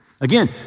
Again